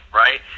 right